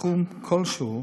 תחום כלשהו,